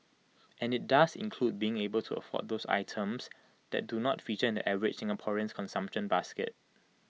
and IT does include being able to afford those items that do not feature in the average Singaporean's consumption basket